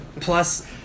plus